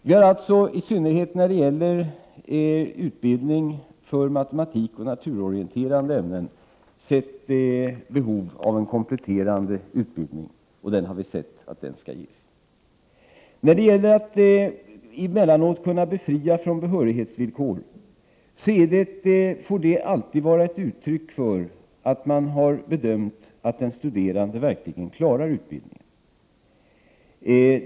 Vi har alltså, i synnerhet när det gäller utbildning för matematik och naturorienterande ämnen, sett att det finns behov av en kompletterande utbildning, och vi har sagt att den skall ges. Den befrielse från behörighetsvillkor som emellanåt medges får alltid vara ett uttryck för att man här bedömt att den studerande verkligen klarar utbildningen.